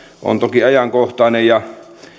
on toki ajankohtainen ja